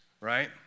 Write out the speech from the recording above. Right